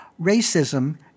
racism